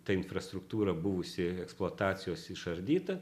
ta infrastruktūra buvusi eksploatacijos išardyta